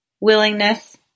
willingness